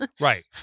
Right